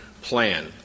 plan